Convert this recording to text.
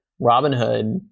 Robinhood